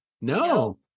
No